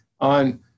on